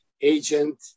agent